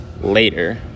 later